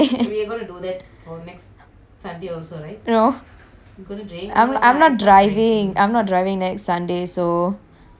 no I'm not I'm not driving I'm not driving next sunday so it's my cheat day we can all go drinking